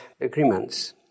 agreements